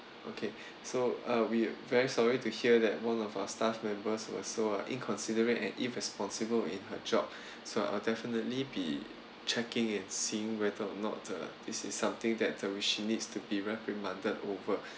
okay so uh we are very sorry to hear that one of our staff members were so inconsiderate and irresponsible in her job so I'll definitely be checking and seeing whether or not uh this is something that we should need to be reprimanded over